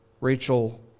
Rachel